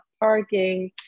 parking